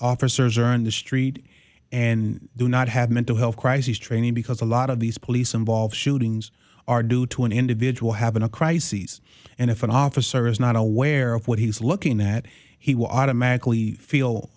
officers are on the street and do not have mental health crises training because a lot of these police involved shootings are due to an individual having a crises and if an officer is not aware of what he's looking at he will automatically feel